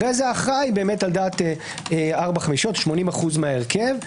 אחרי זה ההכרעה היא על דעת 80% מההרכב.